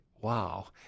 wow